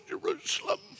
Jerusalem